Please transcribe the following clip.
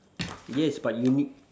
yes but you need